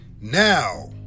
Now